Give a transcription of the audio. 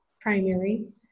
primary